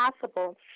possible